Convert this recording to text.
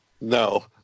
No